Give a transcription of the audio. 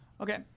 Okay